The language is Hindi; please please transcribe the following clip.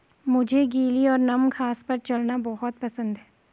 मुझे गीली और नम घास पर चलना बहुत पसंद है